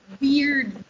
weird